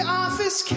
office